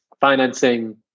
financing